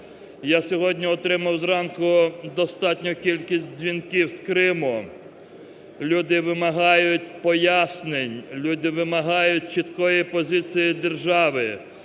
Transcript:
Я сьогодні отримав зранку достатню кількість дзвінків з Криму. Люди вимагають пояснень, люди вимагають чіткої позиції держави.